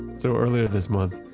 so, earlier this month,